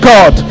God